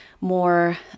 more